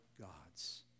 gods